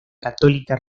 católica